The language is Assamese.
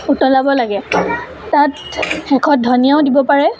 উতলাব লাগে তাত শেষত ধনীয়াও দিব পাৰে